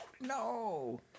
No